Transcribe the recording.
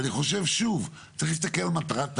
אני חושב, שוב, שצריך להסתכל על מטרת העל,